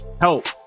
help